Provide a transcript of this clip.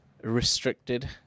restricted